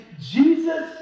Jesus